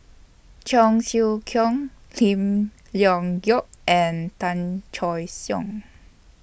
Cheong Siew Keong Lim Leong Geok and Tan Choy Siong